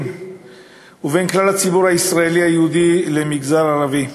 ובין כלל הציבור הישראלי היהודי למגזר ערבי.